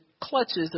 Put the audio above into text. clutches